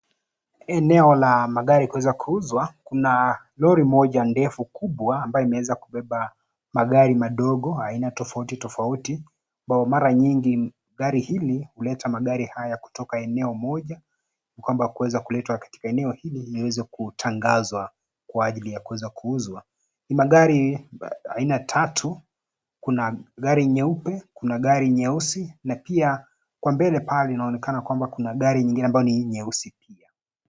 Eneo la magari kuweza kuuzwa kuna lori moja ndefu kubwa ambayo imeweza kubeba magari madogo aina tofauti tofauti. Kwa mara nyingi gari hili huleta magari haya kutoka eneo moja na kwamba kuweza kuletwa katika eneo hili ili kuweza kutangazwa kwa ajili ya kuweza kuuzwa. Ni magari aina tatu kuna gari nyeupe, kuna gari nyeusi na pia kwa mbele pale inaonekana kwamba kuna gari nyingine ambayo ni nyeusi pia.